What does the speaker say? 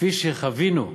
כפי שחווינו בבית-שמש,